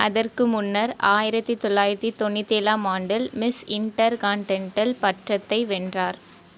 அதற்கு முன்னர் ஆயிரத்தி தொள்ளாயிரத்தி தொண்ணூற்றி ஏழாம் ஆண்டில் மிஸ் இன்டர்கான்டினென்டல் பட்டத்தை வென்றார்